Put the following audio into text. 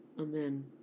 Amen